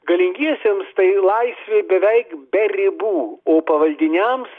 galingiesiems tai laisvė beveik be ribų o pavaldiniams